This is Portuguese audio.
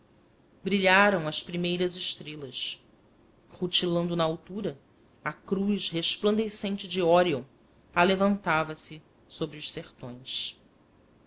brilharam as primeiras estrelas rutilando na altura a cruz resplandecente de órion alevantava se sobre os sertões